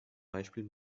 beispiel